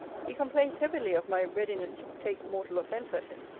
he complains heavily of my readiness to take mortal offence at him,